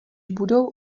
budou